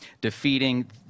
Defeating